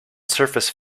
surface